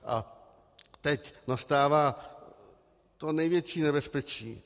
A teď nastává to největší nebezpečí.